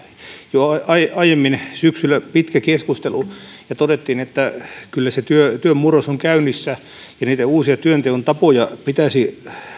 jo aiemmin syksyllä pitkä keskustelu ja todettiin että kyllä se työn työn murros on käynnissä ja niitä uusia työnteon tapoja pitäisi